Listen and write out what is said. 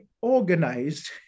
organized